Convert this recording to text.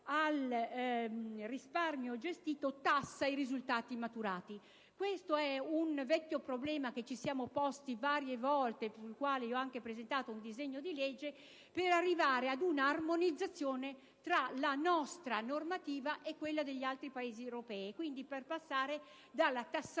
al risparmio gestito, che tassa i risultati maturati. Questo è un vecchio problema che ci siamo posti varie volte: ho anche presentato un disegno di legge per arrivare ad una armonizzazione tra la nostra normativa e quella degli altri Paesi europei, quindi per passare dalla tassazione